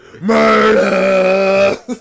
murder